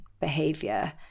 behavior